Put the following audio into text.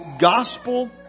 gospel